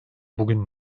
bugün